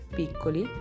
piccoli